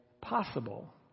possible